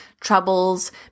troubles